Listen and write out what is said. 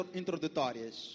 introdutórias